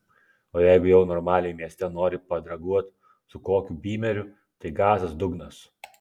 o jeigu jau normaliai mieste nori padraguot su kokiu bymeriu tai gazas dugnas